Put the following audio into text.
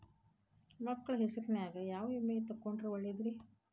ಮಕ್ಕಳ ಹೆಸರಿನ್ಯಾಗ ಯಾವ ವಿಮೆ ತೊಗೊಂಡ್ರ ಒಳ್ಳೆದ್ರಿ?